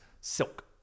Silk